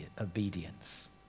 obedience